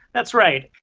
that's right.